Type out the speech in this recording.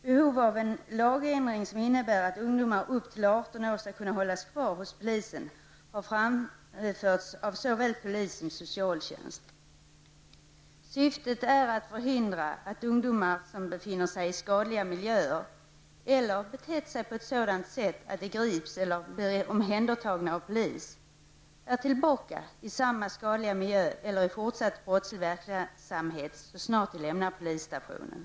Behovet av en lagändring som innebär att även ungdomar upp till 18 år skall kunna hållas kvar hos polisen har påpekats av såväl polis som socialtjänst. Syftet är att förhindra att ungdomar som befinner sig i skadliga miljöer eller har betett sig på ett sådant sätt att de grips eller blir omhändertagna av polis kommer tillbaka till samma skadliga miljö eller fortsatt brottslig verksamhet så snart de lämnar polisstationen.